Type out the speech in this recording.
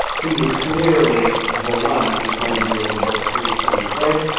he was clearly the one who was going to be able to break through in terms of race,